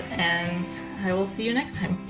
and i will see you next time.